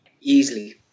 Easily